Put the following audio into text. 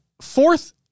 Fourth